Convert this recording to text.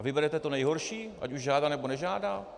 A vyberete to nejhorší, ať už žádá, nebo nežádá?